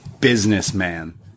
Businessman